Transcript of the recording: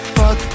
fuck